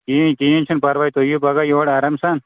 کِہیٖنٛۍ کِہیٖنۍ چھُنہٕ پَرواے تُہۍ یِیِو پگاہ یور آرام سان